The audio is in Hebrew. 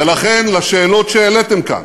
ולכן לשאלות שהעליתם כאן,